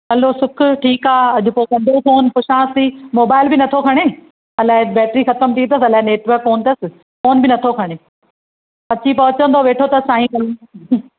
हलो सुखु ठीकु आहे अॼु पोइ कंदुव फ़ोन पुछांसि थी मोबइल बि नथो खणे अलाए बैटरी ख़तम थी अथसि अलाए नैटवर्क कोन अथसि फ़ोन बि नथो खणे अची पहुचंदो वेठो अथसि साईं